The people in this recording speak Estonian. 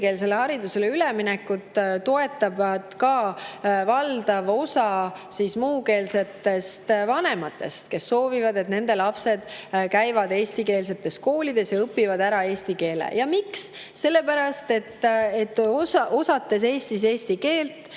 eestikeelsele haridusele üleminekut toetab ka valdav osa muukeelsetest vanematest, kes soovivad, et nende lapsed käivad eestikeelses koolis ja õpivad ära eesti keele. Ja miks? Sellepärast, et osates Eestis eesti keelt,